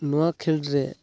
ᱱᱚᱣᱟ ᱠᱷᱮᱞᱚᱰ ᱨᱮ